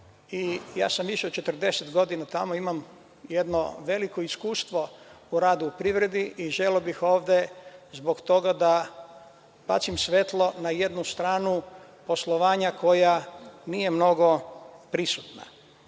Ja sam više od 40 godina tamo i imam jedno veliko iskustvo u radu u privredi. Zbog toga bih ovde želeo da bacim svetlo na jednu stranu poslovanja koja nije mnogo prisutna. Šta